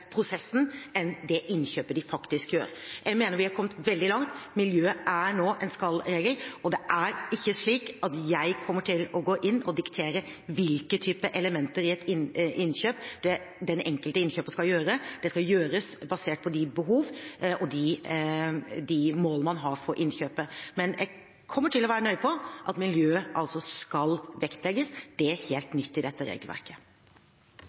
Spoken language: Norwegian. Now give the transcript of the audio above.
prosessen enn for det innkjøpet de faktisk gjør. Jeg mener vi er kommet veldig langt. Miljøet er nå en skal-regel, og det er ikke slik at jeg kommer til å gå inn og diktere hvilke typer elementer i et innkjøp den enkelte innkjøper skal gjøre. Det skal gjøres basert på de behov og de mål man har for innkjøpet. Men jeg kommer til å være nøye på at miljøet skal vektlegges. Det er helt nytt i dette regelverket.